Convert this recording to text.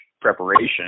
preparation